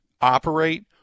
operate